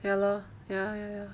ya lor ya ya ya